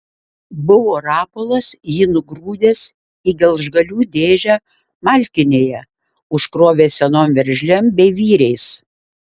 buvo rapolas jį nugrūdęs į gelžgalių dėžę malkinėje užkrovęs senom veržlėm bei vyriais